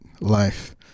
life